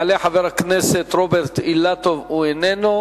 חבר הכנסת רוברט אילטוב, אינו נוכח.